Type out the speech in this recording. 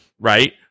right